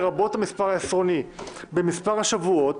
לרבות המספר העשרוני במספר השבועות,